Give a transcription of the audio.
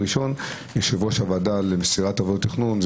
הראשון יושב-ראש הוועדה למסירת עבודות תכנון,